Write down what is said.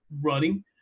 running